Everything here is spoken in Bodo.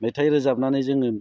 मेथाइ रोजाबनानै जोङो